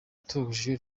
watoje